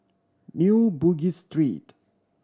New Bugis Street